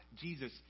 Jesus